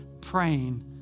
praying